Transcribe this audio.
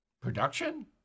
Production